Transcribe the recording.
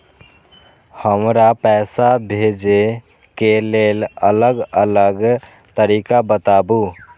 हमरा पैसा भेजै के लेल अलग अलग तरीका बताबु?